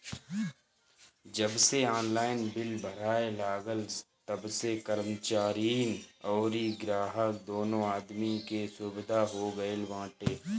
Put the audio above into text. जबसे online bill भराए लागल तबसे कर्मचारीन अउरी ग्राहक दूनो आदमी के सुविधा हो गईल बाटे